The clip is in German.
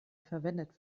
verwendet